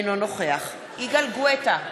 אינו נוכח יגאל גואטה,